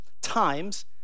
times